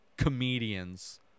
Comedians